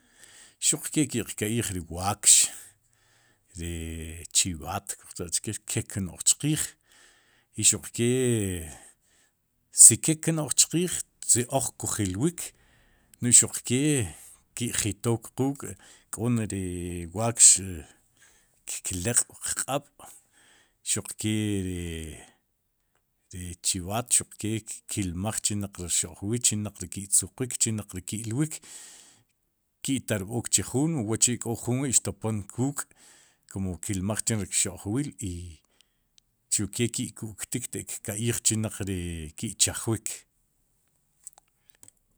Xuq ke ki'qka'yij ri waakx ri chib'aat kuj cha'chke' ke kno'j chqiij, i xuq kee i si kel kno'j chqiij si oj ku jilwiik no'j xu kee ki'jitook quuk, k'oneri waakx kleq'wu qq'ab' xuq ke ri chib'aat xuq ke kilmaj chinaq ri ki'tzuqwik chinaq ri ki'lwik ki'tarb'ook chu juun mu wa'chi'k'o juun wi' xtopom k'uuk' kum kilmaj chin ri kxo'jwil i xuq kee ki'ku'ktik te'kka'yij chinaq ki chejwik.